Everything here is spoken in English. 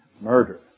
murder